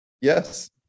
Yes